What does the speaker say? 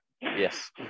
Yes